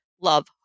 love